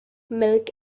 milk